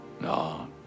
No